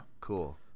Cool